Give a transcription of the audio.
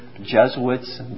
Jesuits